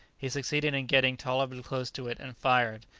he succeeded in getting tolerably close to it and fired,